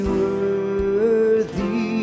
worthy